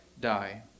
die